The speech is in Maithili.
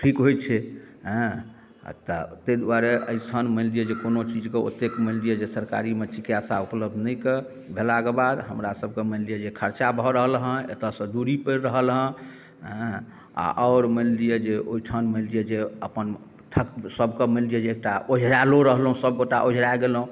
ठीक होयत छै हँ आ तऽ ताहि दुआरे एहिसँ मानि लिअ जे कोनो चीज कऽ ओतेक मानि लिअ जे सरकारीमे चिकित्सा उपलब्ध नहि कऽ भेला कऽ बाद हमरा सब कऽ मानि लिअ जे खर्चा भऽ रहल हँ एतऽसँ दूरी पड़ि रहल हँ हँ आ आओर मानि लिअ जे ओहिठन सबकेँ मानि लिअ जे अपन ठक सब कऽ मानि लिअ जे एकटा ओझरायलो रहलहुँ सबगोटा ओझरा गेलहुँ